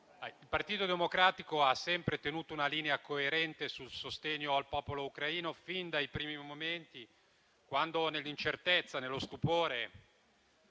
il Partito Democratico ha sempre tenuto una linea coerente sul sostegno al popolo ucraino fin dai primi momenti, quando nell'incertezza e nello stupore